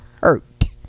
hurt